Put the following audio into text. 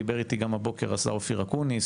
דיבר איתי הבוקר השר אופיר אקוניס,